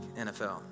NFL